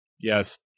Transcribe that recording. Yes